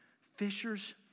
fishers